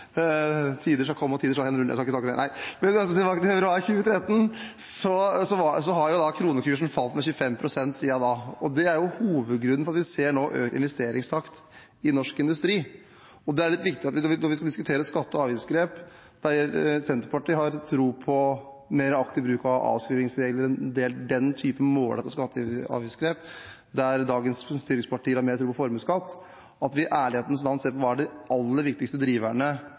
tider skal komme, og tider skal henrulle – har kronekursen falt med 25 pst. siden da. Det er hovedgrunnen til at vi nå ser økt investeringstakt i norsk industri. Det er litt viktig når vi skal diskutere skatte- og avgiftsgrep, der Senterpartiet har tro på mer aktiv bruk av avskrivingsregler og den typen målrettede skatte- og avgiftsgrep, og der dagens styringspartier har mer tro på formuesskatt, at vi i ærlighetens navn ser på hva som er de aller viktigste driverne